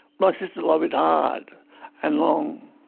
my sister lobbied hard and long.